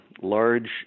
large